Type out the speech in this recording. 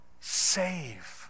save